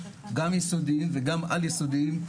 גם יסודיים וגם על-יסודיים,